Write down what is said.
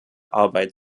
arbeit